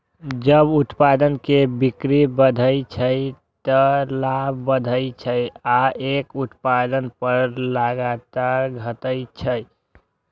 जब उत्पाद के बिक्री बढ़ै छै, ते लाभ बढ़ै छै आ एक उत्पाद पर लागत घटै छै